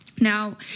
Now